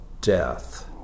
death